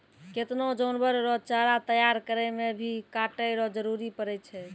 केतना जानवर रो चारा तैयार करै मे भी काटै रो जरुरी पड़ै छै